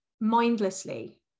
mindlessly